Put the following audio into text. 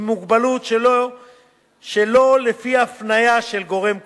מוגבלות שלא לפי הפניה של גורם כלשהו.